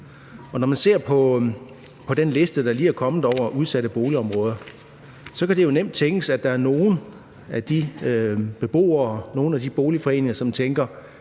Ud fra den liste, der lige er kommet, over udsatte boligområder, kan det jo nemt tænkes, at der er nogle af de boligforeninger, som tænker: